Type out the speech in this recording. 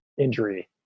injury